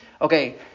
okay